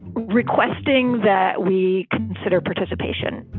requesting that we consider participation.